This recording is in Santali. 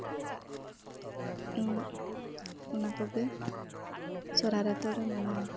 ᱚᱱᱟ ᱠᱚᱜᱮ ᱥᱚᱨᱦᱟᱭ ᱨᱮᱫᱚᱞᱮ ᱢᱟᱱᱟᱣᱟ